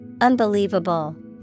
Unbelievable